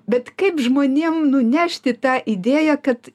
bet kaip žmonėm nunešti tą idėją kad